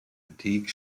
fatigue